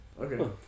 Okay